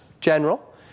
general